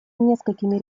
несколькими